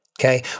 Okay